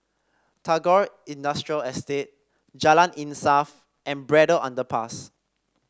Tagore Industrial Estate Jalan Insaf and Braddell Underpass